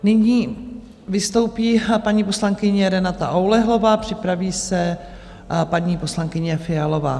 Nyní vystoupí paní poslankyně Renata Oulehlová, připraví se paní poslankyně Fialová.